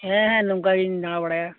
ᱦᱮᱸ ᱦᱮᱸ ᱱᱚᱝᱠᱟ ᱜᱮᱧ ᱫᱟᱲᱟ ᱵᱟᱲᱟᱭᱟ